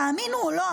תאמינו או לא,